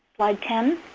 slide ten